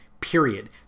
period